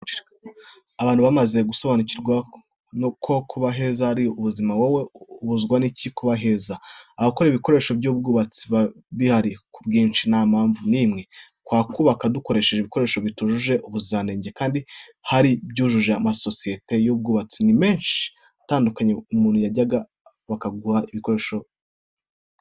Abantu bamaze gusobanukirwa ko kuba heza ari ubuzima. Wowe ubuzwa n'iki kuba heza? Abakora ibikoresho by'ubwubatsi bihari ku bwinshi ntampamvu n'imwe twakubaka dukoresheje ibikoresho bitujuje ubuziranenge kandi hari ibyujuje amasosiyete y'ubwubatsi ni menshi atandukanye umuntu yayagana bakaguha ibikoresho byiza.